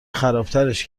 خرابترش